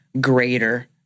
greater